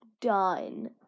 done